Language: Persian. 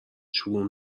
شگون